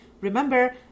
Remember